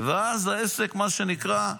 ואז העסק, מה שנקרא,